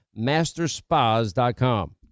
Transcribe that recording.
masterspas.com